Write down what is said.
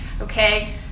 okay